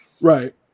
Right